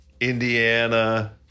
Indiana